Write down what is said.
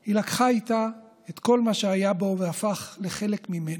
היא לקחה איתה את כל מה שהיה בו והפך לחלק ממנה.